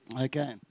Okay